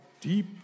deep